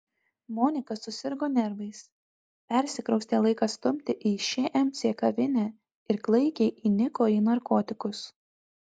monika susirgo nervais persikraustė laiką stumti į šmc kavinę ir klaikiai įniko į narkotikus